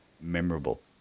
memorable